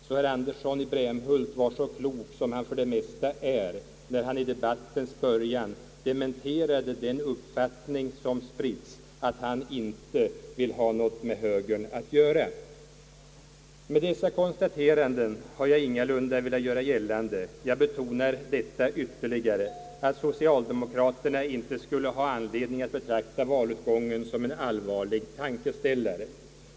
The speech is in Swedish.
Herr Andersson i Brämhult var alltså så klok, som han för det mesta är, när han i debattens början dementerade den uppfattning som spritts att han inte vill ha något med högern att göra. Med dessa konstateranden har jag ingalunda velat göra gällande — jag betonar detta ytterligare — att social demokraterna inte skulle ha anledning att betrakta valutgången som en allvarlig tankeställare.